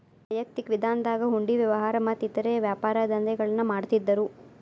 ವೈಯಕ್ತಿಕ ವಿಧಾನದಾಗ ಹುಂಡಿ ವ್ಯವಹಾರ ಮತ್ತ ಇತರೇ ವ್ಯಾಪಾರದಂಧೆಗಳನ್ನ ಮಾಡ್ತಿದ್ದರು